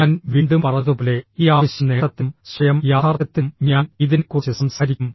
ഞാൻ വീണ്ടും പറഞ്ഞതുപോലെ ഈ ആവശ്യ നേട്ടത്തിലും സ്വയം യാഥാർത്ഥ്യത്തിലും ഞാൻ ഇതിനെക്കുറിച്ച് സംസാരിക്കും